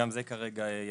גם זה ירד כרגע מסדר-היום.